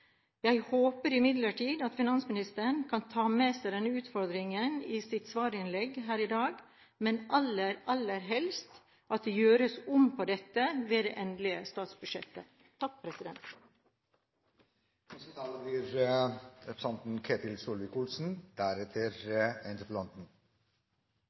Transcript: Jeg håper imidlertid at finansministeren kan ta med seg denne utfordringen i sitt svarinnlegg her i dag, men aller helst at det gjøres om på dette i det endelige statsbudsjettet.